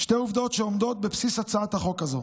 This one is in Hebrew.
עומדות בבסיס הצעת החוק הזאת: